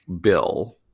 bill